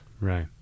right